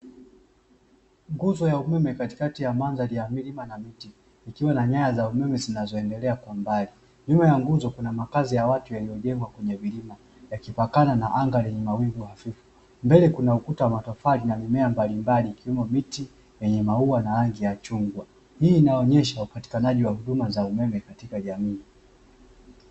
Nguzo ya umeme katikati ya mandhari ya milima na miti ikiwa na nyaya za umeme zinazoendelea kwa mbali, nyuma ya nguzo kuna makazi ya watu yaliyojengwa kwenye vilima yakipakana na anga lenye mawingu hafifu mbele kuna ukuta wa matofali na mimea mbalimbali ikiwemo miti yenye maua na rangi ya chungwa, Hii inaonyesha upatikanaji wa huduma za umeme katika jamii.